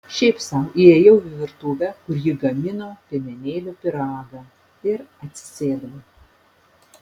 šiaip sau įėjau į virtuvę kur ji gamino piemenėlių pyragą ir atsisėdau